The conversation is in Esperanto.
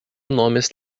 nomis